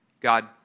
God